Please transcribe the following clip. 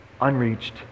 unreached